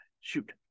shoot